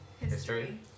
History